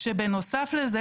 כשבנוסף לזה,